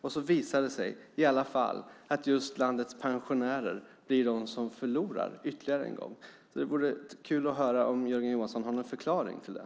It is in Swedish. Nu visar det sig att landets pensionärer än en gång blir förlorare. Det vore kul att få veta om Jörgen Johansson har någon förklaring till det.